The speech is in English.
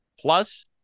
Plus